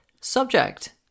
subject